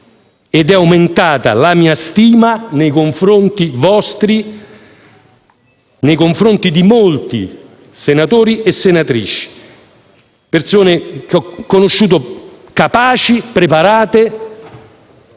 ed è aumentata la mia stima nei confronti vostri, nei confronti di molti senatori e senatrici, persone che ho conosciuto, capaci e preparate.